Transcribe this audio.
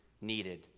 needed